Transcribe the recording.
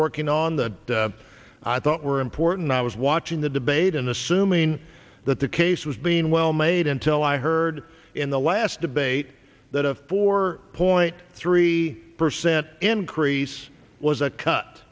working on that i thought were important i was watching the debate and assuming that the case was being well made until i heard in the last debate that a four point three percent increase was a cut